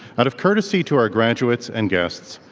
out of courtesy to our graduates and guests,